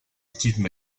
steve